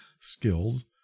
skills